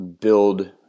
build